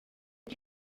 uko